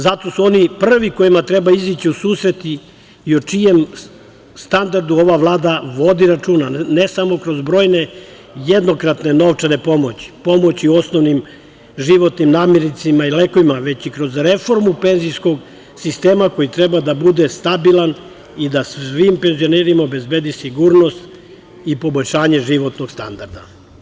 Zato su oni i prvi kojima treba izaći u susret i o čijem standardu ova Vlada vodi računa, ne samo kroz brojne jednokratne novčane pomoći, već pomoći osnovnim životnim namirnicama, lekovima, već i kroz reformu penzijskog sistema, koji treba da bude stabilan i da svim penzionerima obezbedi sigurnost i poboljšanje životnog standarda.